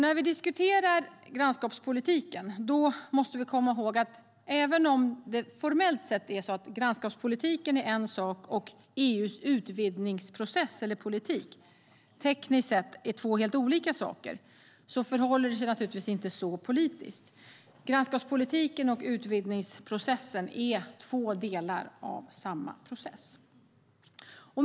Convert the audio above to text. När vi diskuterar EU:s grannskapspolitik måste vi komma ihåg att även om det formellt och tekniskt sett är så att grannskapspolitiken och EU:s utvidgningsprocess eller politik är två helt olika saker förhåller det sig inte så politiskt. Grannskapspolitiken och utvidgningsprocessen är två delar av samma process.